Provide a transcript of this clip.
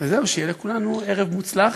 השעיה נוספת שלך.